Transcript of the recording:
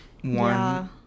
one